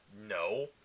No